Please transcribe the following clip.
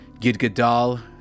Gidgadal